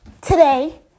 today